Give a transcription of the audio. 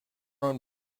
own